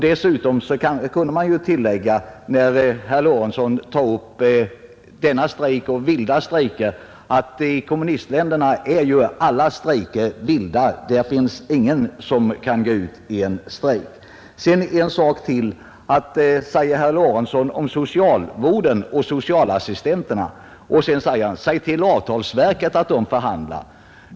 Dessutom kunde man ju tillägga, när herr Lorentzon jämför denna strejk med vilda strejker, att i kommunistländerna är alla strejker vilda — där kan ingen gå ut i en strejk. Och sedan en sak till: Herr Lorentzon säger om socialvården och socialassistenterna att man skall uppmana avtalsverket att förhandla.